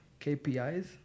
KPIs